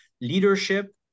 leadership